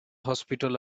hospital